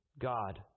God